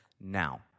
Now